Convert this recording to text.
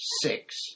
six